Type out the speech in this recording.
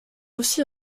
aussi